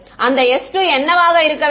அந்த s2 என்னவாக இருக்க வேண்டும்